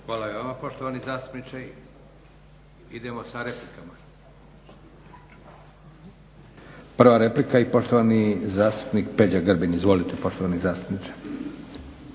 Hvala i vama poštovani zastupniče. Idemo sa replikama. Prva replika i poštovani zastupnik Peđa Grbin. Izvolite poštovani zastupniče.